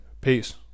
Peace